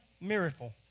miracle